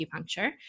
acupuncture